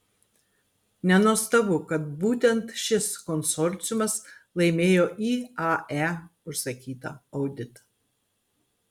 nenuostabu kad būtent šis konsorciumas laimėjo iae užsakytą auditą